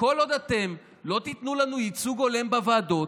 וכל עוד אתם לא תיתנו לנו ייצוג הולם בוועדות,